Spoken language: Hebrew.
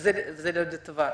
וזה לטובה.